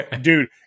Dude